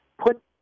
put